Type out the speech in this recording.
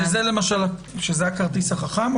זה הכרטיס החכם,